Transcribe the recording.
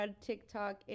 TikTok